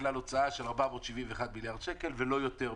לכלל הוצאה של 471 מיליארד שקל ולא יותר.